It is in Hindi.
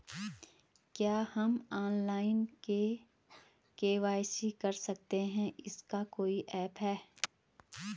क्या हम ऑनलाइन के.वाई.सी कर सकते हैं इसका कोई ऐप है?